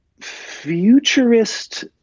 futurist